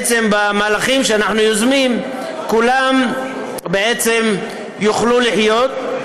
במהלכים שאנחנו יוזמים כולם יוכלו לחיות,